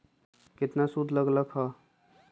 केतना सूद लग लक ह?